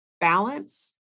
balance